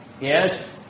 Yes